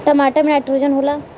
टमाटर मे नाइट्रोजन होला?